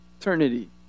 eternity